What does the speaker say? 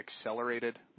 accelerated